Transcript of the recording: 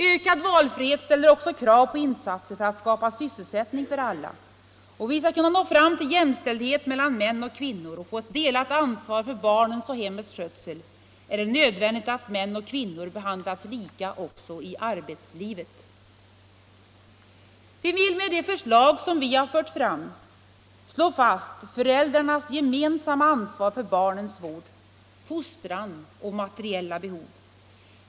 Ökad valfrihet ställer också krav på insatser för att skapa sysselsättning åt alla. Om vi skall kunna nå fram till jämställdhet mellan män och kvinnor och få ett delat ansvar för barnen och hemmets skötsel, är det nödvändigt att män och kvinnor behandlas lika i arbetslivet. Vi vill med de förslag som vi har lagt fram slå fast föräldrarnas gemensamma ansvar för barnens vård, fostran och materiella behov.